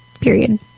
Period